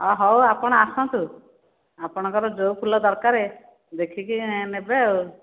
ଅ ହେଉ ଆପଣ ଆସନ୍ତୁ ଆପଣଙ୍କର ଯେଉଁ ଫୁଲ ଦରକାର ଦେଖିକି ନେବେ ଆଉ